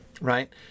right